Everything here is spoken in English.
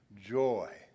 joy